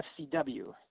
FCW